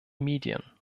medien